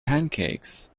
pancakes